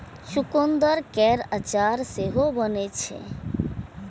चुकंदर केर अचार सेहो बनै छै